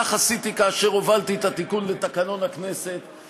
כך עשיתי כאשר הובלתי את התיקון לתקנון הכנסת,